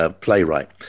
Playwright